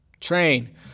train